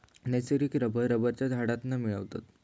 नैसर्गिक रबर रबरच्या झाडांतना मिळवतत